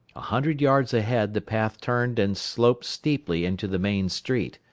a hundred yards ahead the path turned and sloped steeply into the main street.